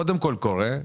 קודם כול, קורה.